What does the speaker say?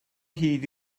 hyd